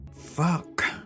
Fuck